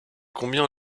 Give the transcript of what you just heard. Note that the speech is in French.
combien